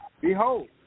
Behold